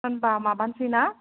होनबा माबानोसै ना